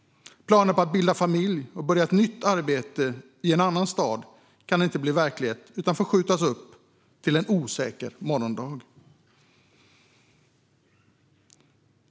Planer på att bilda familj eller börja ett nytt arbete i en annan stad kan inte bli verklighet utan får skjutas upp till en osäker morgondag.